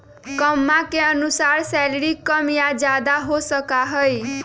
कम्मा के अनुसार सैलरी कम या ज्यादा हो सका हई